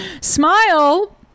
Smile